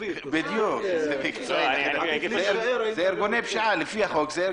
אלה ארגוני פשיעה לפי החוק.